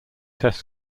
test